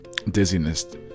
dizziness